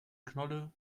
knolle